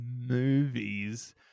movies